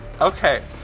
Okay